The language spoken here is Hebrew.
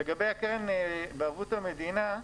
לגבי הקרן בערבות המדינה,